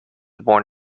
born